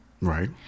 right